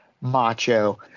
macho